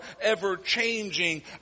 ever-changing